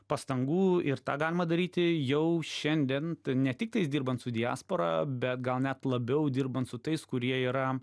pastangų ir tą galima daryti jau šiandien ne tiktais dirbant su diaspora bet gal net labiau dirbant su tais kurie yra